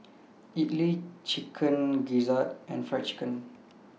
Idly Chicken Gizzard and Fried Chicken